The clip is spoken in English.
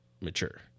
mature